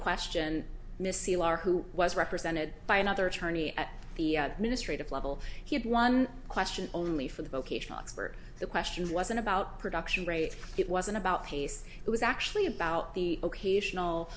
r who was represented by another attorney at the ministry of level he had one question only for the vocational expert the question wasn't about production rate it wasn't about pace it was actually about the occasional